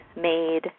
made